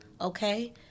okay